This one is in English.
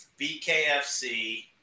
BKFC